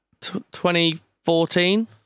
2014